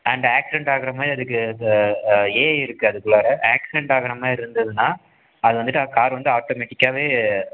and accident ஆகுறமாதிரி அதுக்கு AI இருக்குது அதுக்குள்ளாற ஆக்சிடண்ட் ஆகுறமாதிரி இருந்ததுன்னா அது வந்துட்டு கார் வந்து ஆட்டோமேட்டிக்காக